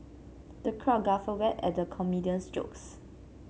the crowd guffawed at the comedian's jokes